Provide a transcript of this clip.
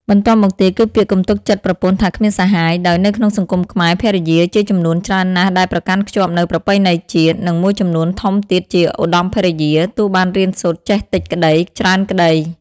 បន្ទាប់់មកទៀត គឺពាក្យកុំទុកចិត្តប្រពន្ធថាគ្មានសាហាយ ដោយនៅក្នុងសង្គមខ្មែរ ភរិយាជាចំនួនច្រើនណាស់ដែលប្រកាន់ខ្ជាប់នូវប្រពៃណីជាតិ និងមួយចំនួនធំទៀតជាឧត្ដមភរិយា ទោះបានរៀនសូត្រចេះតិចក្ដី ច្រើនក្ដី ។